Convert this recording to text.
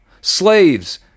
Slaves